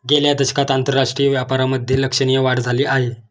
गेल्या दशकात आंतरराष्ट्रीय व्यापारामधे लक्षणीय वाढ झाली आहे